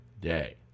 day